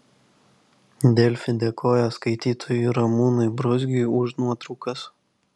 delfi dėkoja skaitytojui ramūnui bruzgiui už nuotraukas